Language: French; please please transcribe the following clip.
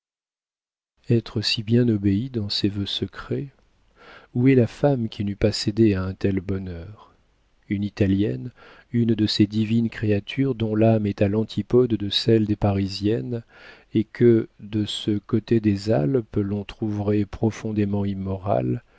être si bien obéie dans ses vœux secrets où est la femme qui n'eût pas cédé à un tel bonheur une italienne une de ces divines créatures dont l'âme est à l'antipode de celle des parisiennes et que de ce côté des alpes on trouverait profondément immorale